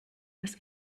dass